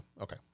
Okay